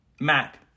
Mac